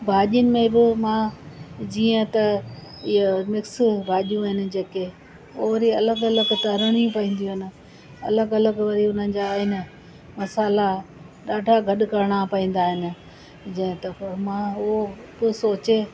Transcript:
भाॼियुनि में बि मां जीअं त इअं मिक्सूं भाॼियूं आहिनि जेके उहो वरी अलॻि अलॻि तरड़ियूं पवंदियूं हिन अलॻि अलॻि वरी उन्हनि जा आहिनि मसाला ॾाढा गॾु करिणा पवंदा आहिनि जीअं त मां उहो पोइ सोचे